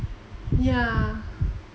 yeah